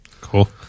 Cool